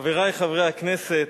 חברי חברי הכנסת,